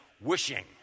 wishing